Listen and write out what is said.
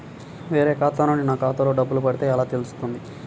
వేరే ఖాతా నుండి నా ఖాతాలో డబ్బులు పడితే ఎలా తెలుస్తుంది?